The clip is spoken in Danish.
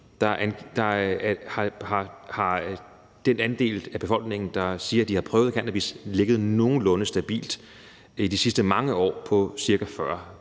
har den andel af befolkningen, der siger, at de har prøvet cannabis, ligget nogenlunde stabilt i de sidste mange år på ca. 40 pct.